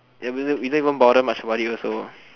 even though we don't bother much about it also